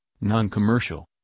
non-commercial